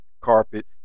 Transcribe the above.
carpet